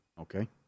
Okay